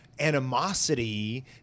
animosity